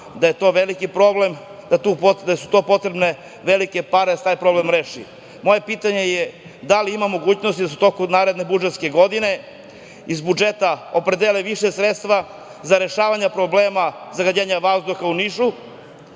da su potrebne velike pare da se taj problem reši, moje pitanje je da li ima mogućnosti da se u toku naredne budžetske godine iz budžeta opredeli više sredstava za rešavanje problema zagađenja vazduha u Nišu?